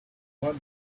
what